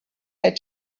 had